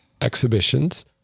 exhibitions